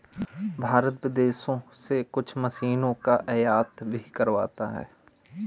भारत विदेशों से कुछ मशीनों का आयात भी करवाता हैं